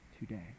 today